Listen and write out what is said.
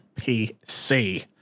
PC